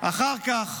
אחר כך